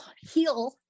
heal